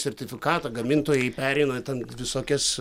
sertifikatą gamintojai pereina ten visokias